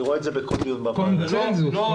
קונצנזוס.